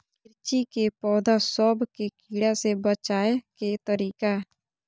मिर्ची के पौधा सब के कीड़ा से बचाय के तरीका?